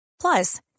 Plus